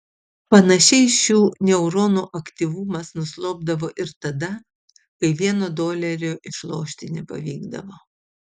panašiai šių neuronų aktyvumas nuslopdavo ir tada kai vieno dolerio išlošti nepavykdavo